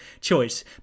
choice